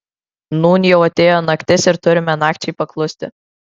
nūn jau atėjo naktis ir turime nakčiai paklusti